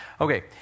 Okay